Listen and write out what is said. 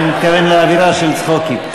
אני מתכוון לאווירה של צחוקים.